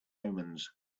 omens